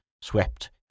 swept